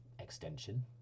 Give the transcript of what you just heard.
extension